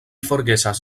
forgesas